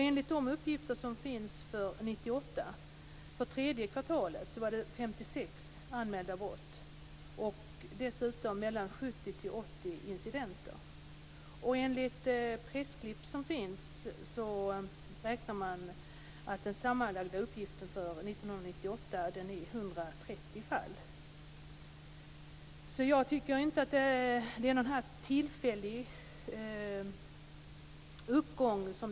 Enligt uppgifter som finns för tredje kvartalet 1998 var det 56 anmälda brott. Dessutom handlar det om 70-80 incidenter. Enligt pressklipp som finns räknar man med att uppgiften för 1998 sammanlagt blir 130 fall. Således tycker jag inte att man kan tala om en tillfällig uppgång här.